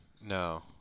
No